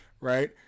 Right